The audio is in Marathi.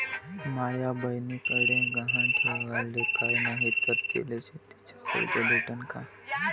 माया बयनीकडे गहान ठेवाला काय नाही तर तिले शेतीच कर्ज भेटन का?